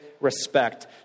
respect